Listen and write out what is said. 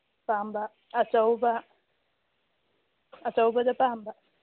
ꯄꯥꯝꯕ ꯑꯆꯧꯕ ꯑꯆꯧꯕꯗ ꯄꯥꯝꯕ